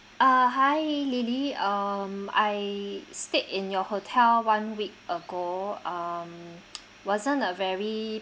uh hi li~ lily um I stayed in your hotel one week ago um wasn't a very